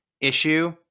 issue